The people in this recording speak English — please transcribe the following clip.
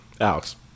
Alex